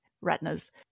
retinas